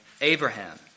Abraham